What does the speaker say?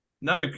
No